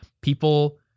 People